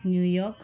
New York